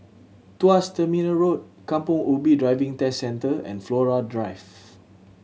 Tuas Terminal Road Kampong Ubi Driving Test Centre and Flora Drive